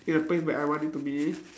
in a place where I want it to be